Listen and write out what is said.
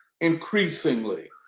increasingly